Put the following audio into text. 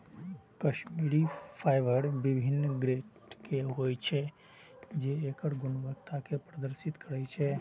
Kashmiri fibre विभिन्न grade के होइ छै, जे एकर गुणवत्ता कें प्रदर्शित करै छै